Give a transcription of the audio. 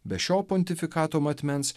be šio pontifikato matmens